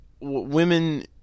women